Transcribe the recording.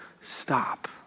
stop